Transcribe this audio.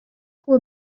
خوب